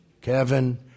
Kevin